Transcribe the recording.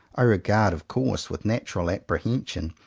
i regard of course with natural apprehen sion,